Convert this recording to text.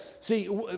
see